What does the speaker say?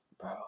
bro